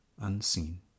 unseen